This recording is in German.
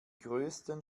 größten